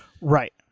Right